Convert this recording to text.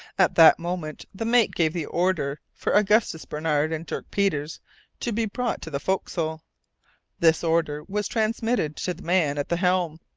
at that moment the mate gave the order for augustus barnard and dirk peters to be brought to the forecastle. this order was transmitted to the man at the helm,